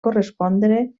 correspondre